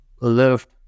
lift